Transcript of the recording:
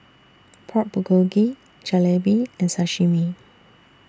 Pork Bulgogi Jalebi and Sashimi